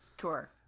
sure